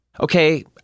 Okay